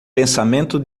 pensamento